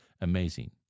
amazing